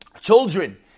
children